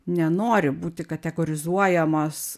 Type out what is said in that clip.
nenori būti kategorizuojamos